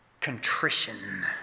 contrition